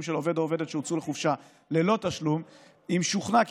של עובד או עובדת שהוצאו לחופשה ללא תשלום אם שוכנע כי